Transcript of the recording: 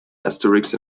asterisk